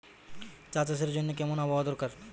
চা চাষের জন্য কেমন আবহাওয়া দরকার?